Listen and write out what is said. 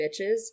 bitches